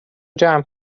جمع